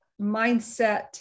mindset